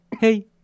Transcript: hey